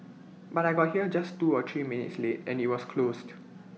but I got here just two or three minutes late and IT was closed